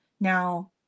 now